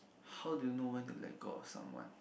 how do you know when to let go of someone